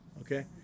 okay